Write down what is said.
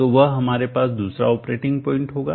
तो वह हमारे पास दूसरा ऑपरेटिंग पॉइंट होगा